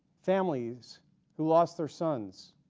families who lost their sons,